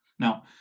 Now